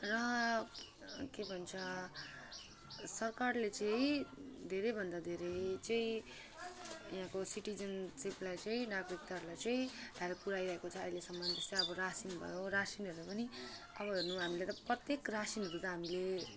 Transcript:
र के भन्छ सरकारले चाहिँ धेरैभन्दा धेरै चाहिँ यहाँको सिटिजनसिपलाई चाहिँ नागरिकताहरूलाई चाहिँ हेल्प पुऱ्याइरहेको छ अहिलेसम्म जस्तै अब रासिन भयो रासिनहरू पनि अब हेर्नु हामीले त प्रत्येक रासिनहरू त हामीले